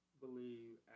believe